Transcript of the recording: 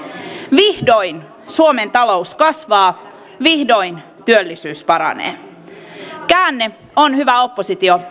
vihdoin suomen talous kasvaa vihdoin työllisyys paranee käänne on hyvä oppositio